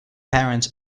parents